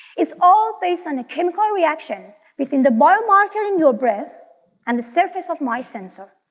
it's all based on a chemical reaction within the biomarker in your breath and the surface of my sensor.